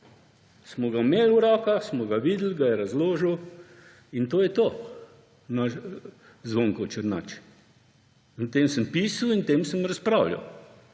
Smo ga imeli v rokah, smo ga videli, ga je razložil Zvonko Černač. O tem sem pisal in o tem sem razpravljal.